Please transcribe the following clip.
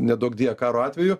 neduok die karo atveju